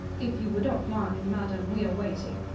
if you would not mind, madam. we are waiting.